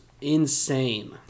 Insane